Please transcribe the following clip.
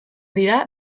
dira